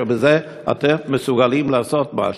בזה אתם מסוגלים לעשות משהו.